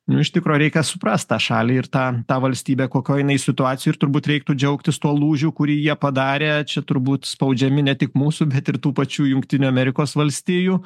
nu iš tikro reikia suprast tą šalį ir tą tą valstybę kokioj jinai situacijoj ir turbūt reiktų džiaugtis tuo lūžiu kurį jie padarė čia turbūt spaudžiami ne tik mūsų bet ir tų pačių jungtinių amerikos valstijų